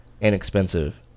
inexpensive